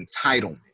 entitlement